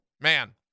Man